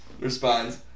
responds